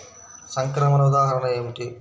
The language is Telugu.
సంక్రమణ ఉదాహరణ ఏమిటి?